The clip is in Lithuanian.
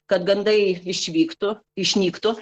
kad gandai išvyktų išnyktų